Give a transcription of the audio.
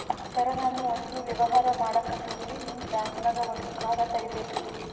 ಸರ ನಾನು ಒಂದು ವ್ಯವಹಾರ ಮಾಡಕತಿನ್ರಿ, ನಿಮ್ ಬ್ಯಾಂಕನಗ ಒಂದು ಖಾತ ತೆರಿಬೇಕ್ರಿ?